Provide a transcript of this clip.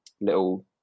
little